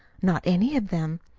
not any of them.